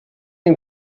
ihm